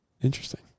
Interesting